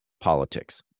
politics